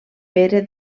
pere